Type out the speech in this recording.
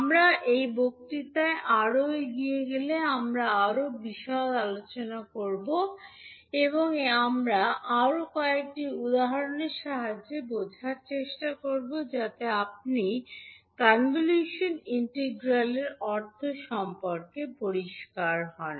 আমরা এই বক্তৃতায় আরও এগিয়ে গেলে আমরা আরও বিশদ আলোচনা করব এবং আমরা আরও কয়েকটি উদাহরণের সাহায্যে বোঝার চেষ্টা করব যাতে আপনি কনভলিউশন ইন্টিগ্রালের অর্থ সম্পর্কে পরিষ্কার হন